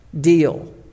deal